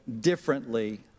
differently